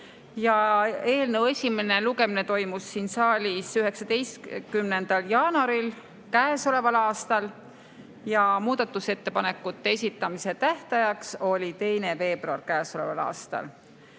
Eelnõu esimene lugemine toimus siin saalis 19. jaanuaril käesoleval aastal ja muudatusettepanekute esitamise tähtaeg oli 2. veebruar käesoleval aastal.